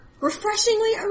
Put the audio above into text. refreshingly